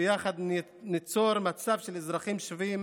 ויחד ניצור מצב של אזרחים שווים